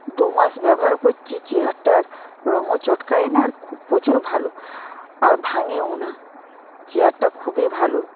দু মাস ব্যবহার করছি চেয়ারটার রংও চটকায় না আর খুব প্রচুর ভালো আর ভাঙেও না চেয়ারটা খুবই ভালো